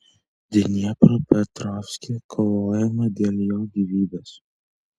dniepropetrovske kovojama dėl jo gyvybės